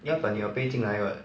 要等你的 pay 进来 [what]